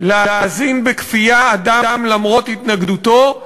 להזין בכפייה אדם למרות התנגדותו,